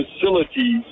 facilities